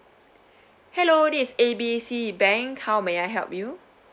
hello this is A B C bank how may I help you